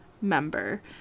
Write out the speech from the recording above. member